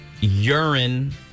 urine